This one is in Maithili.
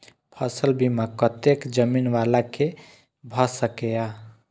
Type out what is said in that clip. फसल बीमा कतेक जमीन वाला के भ सकेया?